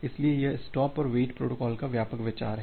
इसलिए यह स्टॉप और वेट प्रोटोकॉल का व्यापक विचार है